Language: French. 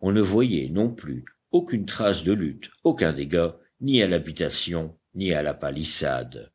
on ne voyait non plus aucune trace de lutte aucun dégât ni à l'habitation ni à la palissade